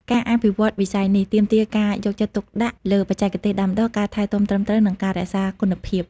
ការអភិវឌ្ឍន៍វិស័យនេះ ទាមទារការយកចិត្តទុកដាក់លើបច្ចេកទេសដាំដុះ ការថែទាំត្រឹមត្រូវ និងការរក្សាគុណភាព។